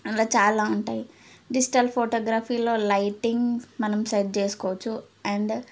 ఇలా చాలా ఉంటాయి డిజిటల్ ఫోటోగ్రఫీలో లైటింగ్ మనం సెట్ చేసుకోవచ్చు అండ్